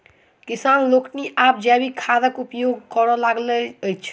किसान लोकनि आब जैविक खादक उपयोग करय लगलाह अछि